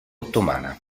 ottomana